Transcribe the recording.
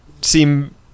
seem